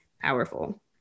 powerful